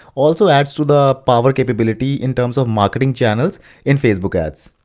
also adds to the power capability in terms or marketing channel in facebook ads.